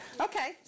Okay